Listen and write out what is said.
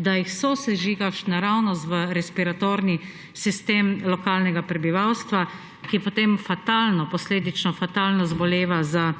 da jih sosežigaš naravnost v respiratorni sistem lokalnega prebivalstva, ki potem posledično fatalno zboleva za